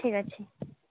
ଠିକ୍ ଅଛି